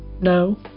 no